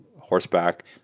horseback